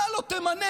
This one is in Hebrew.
אתה לא תמנה.